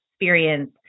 experience